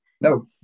No